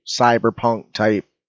cyberpunk-type